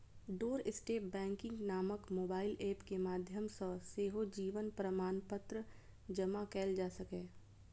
doorstep banking नामक mobile app के माध्यम सं सेहो जीवन प्रमाणपत्र जमा कैल जा सकैए